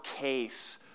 case